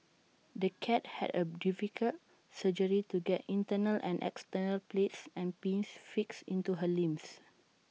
the cat had A difficult surgery to get internal and external plates and pins fixed into her limbs